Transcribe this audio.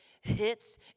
hits